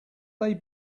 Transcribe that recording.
they